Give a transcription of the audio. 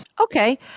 Okay